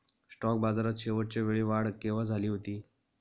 Stock बाजारात शेवटच्या वेळी वाढ केव्हा झाली होती?